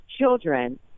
children